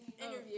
interview